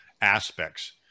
aspects